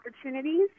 opportunities